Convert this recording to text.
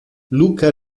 luca